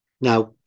Now